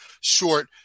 short